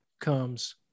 comes